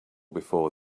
before